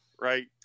right